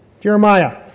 Jeremiah